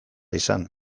izan